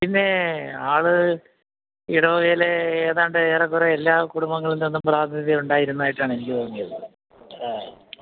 പിന്നെ ആൾ ഇടവകയിലെ ഏതാണ്ട് ഏറെക്കുറെ എല്ലാ കുടുംബങ്ങളിൽ നിന്നും പ്രാർത്ഥിത ഉണ്ടായിരുന്നതായിട്ടാണ് എനിക്ക് തോന്നിയത് ആ